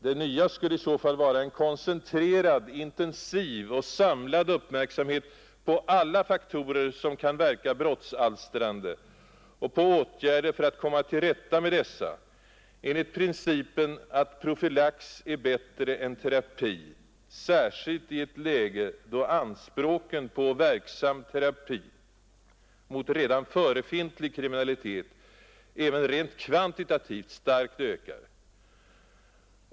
Det nya skulle i så fall vara en koncentrerad, intensiv och samlad uppmärksamhet på alla faktorer som kan verka brottsalstrande och på åtgärder för att komma till rätta med dessa enligt principen att profylax är bättre än terapi, särskilt i ett läge då anspråken på verksam terapi mot redan förefintlig kriminalitet även rent kvantitativt starkt ökar.